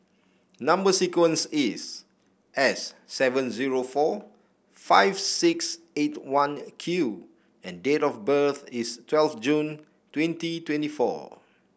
number sequence is S seven zero four five six eight one Q and date of birth is twelfth June twenty twenty four